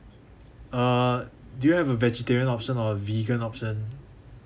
uh do you have a vegetarian option or a vegan option